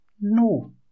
No